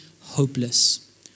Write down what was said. hopeless